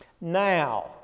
Now